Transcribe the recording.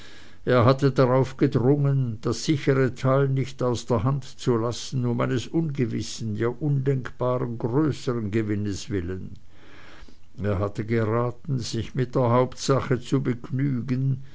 er hatte darauf gedrungen das sichere teil nicht aus der hand zu lassen um eines ungewissen ja undenkbaren größern gewinns willen er hatte geraten sich mit der hauptsache zu begnügen